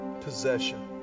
possession